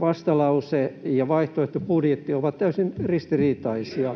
vastalause ja vaihtoehtobudjetti ovat täysin ristiriitaisia.